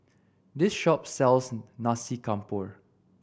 this shop sells Nasi Campur